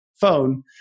phone